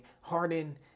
Harden